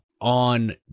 on